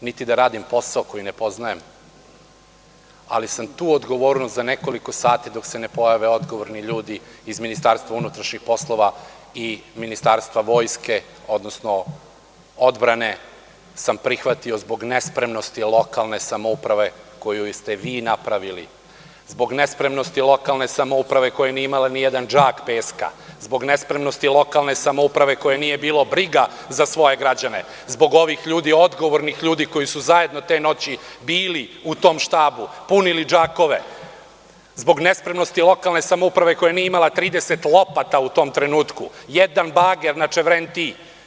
niti da radim posao koji ne poznajem, ali sam tu odgovornost za nekoliko sati, dok se ne pojave odgovorni ljudi iz Ministarstva unutrašnjih poslova i Ministarstva vojske, odnosno odbrane, prihvatio zbog nespremnosti lokalne samouprave koju ste vi napravili, zbog nespremnosti lokalne samouprave koja nije imala ni jedan džak peska, zbog nespremnosti lokalne samouprave koju nije bilo briga za svoje građane, zbog ovih ljudi, odgovornih ljudi koji su zajedno te noći bili u tom štabu, punili džakove, zbog nespremnosti lokalne samouprave koja nije imala 30 lopata u tom trenutku, jedan bager na Čevrentiji.